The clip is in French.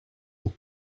une